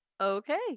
Okay